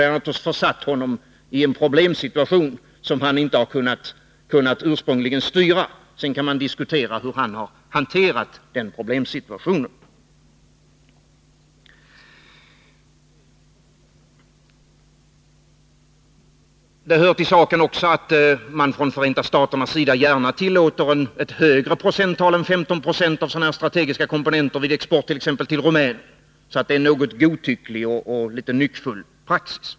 Det har försatt honom i en problemsituation, som han inte har kunnat styra. Sedan kan man diskutera hur han har lyckats hantera den situationen. Det hör också till saken att Förenta staterna ju tillåter ett högre procenttal än 1520 av sådana här strategiska komponenter vid export till t.ex. Rumänien, så praxis är litet godtycklig och nyckfull.